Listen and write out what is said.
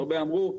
הרבה אמרו,